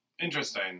Interesting